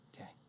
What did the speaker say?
Okay